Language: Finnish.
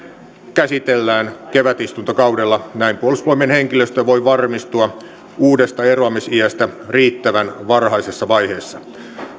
käsitellään kevätistuntokaudella näin puolustusvoimien henkilöstö voi varmistua uudesta eroamisiästä riittävän varhaisessa vaiheessa